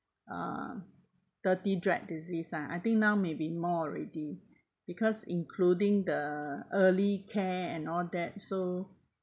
uh thirty dread disease ah I think now may be more already because including the early care and all that so